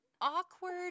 awkward